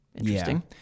Interesting